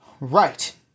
Right